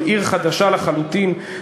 של עיר חדשה לחלוטין,